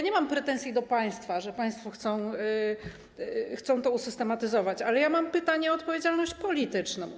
Nie mam pretensji do państwa, że państwo chcą to usystematyzować, ale mam pytanie o odpowiedzialność polityczną.